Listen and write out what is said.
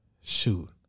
Shoot